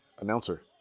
announcer